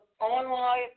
online